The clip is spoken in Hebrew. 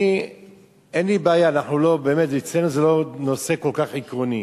אין לי בעיה, אצלנו זה לא נושא כל כך עקרוני,